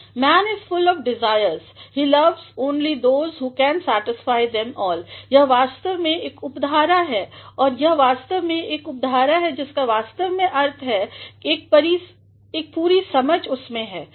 Man is full of desires he loves only those who can satisfy them all यह वास्तव में एक उपधारा है और यह वास्तव में एक उपधारा है जिसका वास्तव में अर्थ है कि एक पूरीसमझ उसमें है